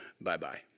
bye-bye